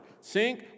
Sink